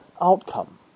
outcome